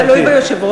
זה תלוי ביושב-ראש.